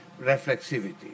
reflexivity